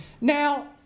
Now